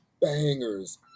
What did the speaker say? bangers